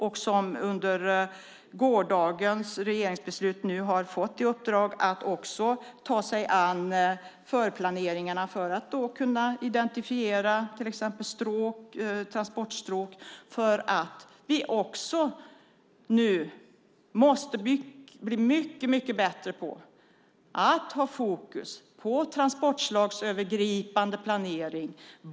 De har efter gårdagens regeringsbeslut fått i uppdrag att också ta sig an förplaneringarna för att kunna identifiera till exempel transportstråk för att vi också måste bli mycket bättre på att ha fokus på transportslagsövergripande planering.